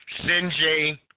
Sinjay